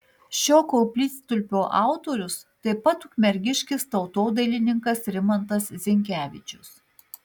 šio koplytstulpio autorius taip pat ukmergiškis tautodailininkas rimantas zinkevičius